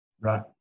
Right